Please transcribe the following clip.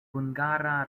hungara